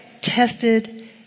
tested